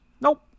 Nope